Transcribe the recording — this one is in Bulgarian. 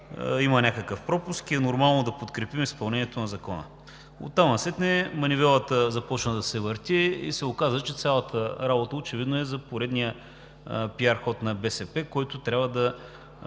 има някакъв пропуск и е нормално да подкрепим изпълнението на Закона. Оттам насетне манивелата започна да се върти и се оказа, че цялата работа очевидно е за поредния пиар ход на БСП, който трябва да